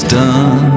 done